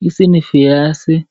Hizi ni viazi